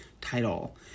title